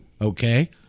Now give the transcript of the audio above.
okay